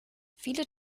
viele